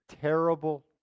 Terrible